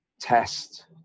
test